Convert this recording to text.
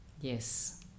Yes